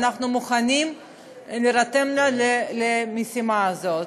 ואנחנו מוכנים להירתם למשימה הזאת.